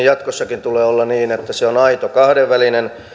jatkossakin tulee olla niin että se on aito kahdenvälinen